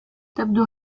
تبدو